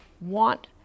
want